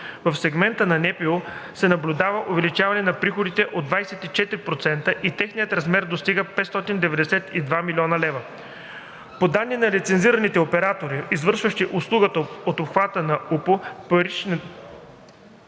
В сегмента НПУ се наблюдава увеличение на приходите от 24% и техният размер достига 592 млн. лв. По данни на лицензираните оператори, извършващи услуги от обхвата на УПУ, причината